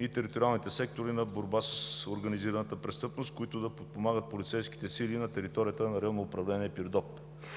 и териториалните сектори на „Борба с организираната престъпност“, които да подпомагат полицейските сили на територията на Районно управление – Пирдоп.